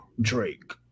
Drake